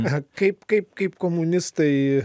ne kaip kaip kaip komunistai